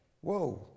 Whoa